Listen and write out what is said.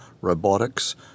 robotics